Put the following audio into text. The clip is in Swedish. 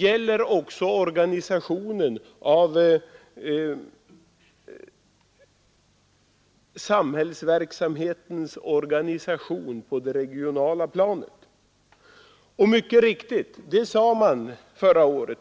gäller också den övriga samhällsverksamhetens organisation på det regionala planet. Det sade man också mycket riktigt förra året.